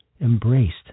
embraced